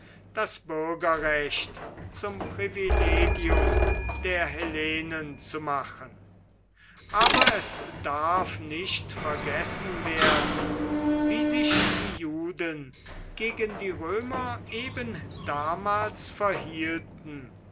das bürgerrecht zum privilegium der hellenen zu machen aber es darf nicht vergessen werden wie sich die juden gegen die römer eben damals verhielten